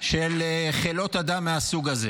של חלאות אדם מהסוג הזה,